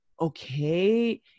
okay